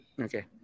Okay